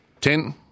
ten